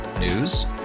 News